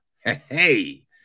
Hey